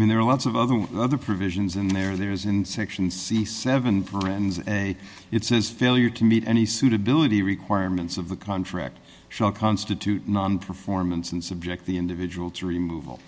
i mean there are lots of other other provisions in there there is in section c seven friends and it says failure to meet any suitability requirements of the contract shall constitute performance and subject the individual to remove all